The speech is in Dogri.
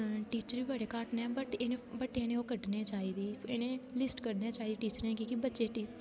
हून टीचर बी बडे़ घट्ट ना बट इंहे ओह् कड्ढनी चाहिदी लिस्ट कड्ढनी चाहिदी टीचरें क्योंकि बच्चे